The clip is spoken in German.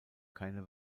keine